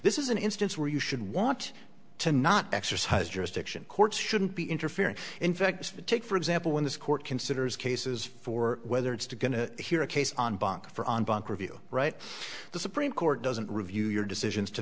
this is an instance where you should want to not exercise jurisdiction courts shouldn't be interfering in facts of a take for example when this court considers cases for whether it's to going to hear a case on bond for on bank review right the supreme court doesn't review your decisions to